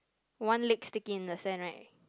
one leg sticking in the sand right